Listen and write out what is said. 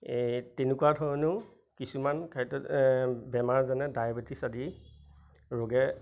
এই তেনেকুৱা ধৰণেও কিছুমান খাদ্যত বেমাৰ যেনে ডায়বেটিছ আদি ৰোগে